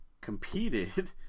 competed